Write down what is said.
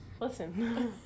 Listen